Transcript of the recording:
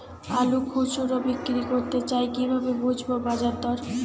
আলু খুচরো বিক্রি করতে চাই কিভাবে বুঝবো বাজার দর?